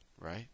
right